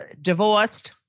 divorced